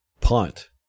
punt